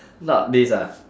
not this ah